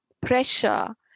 pressure